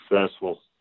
successful